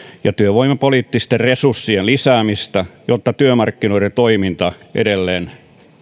ja työvoimapoliittisten resurssien lisäämistä jotta työmarkkinoiden toiminta edelleen